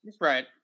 Right